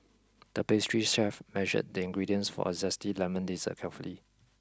the pastry chef measured the ingredients for a zesty lemon dessert carefully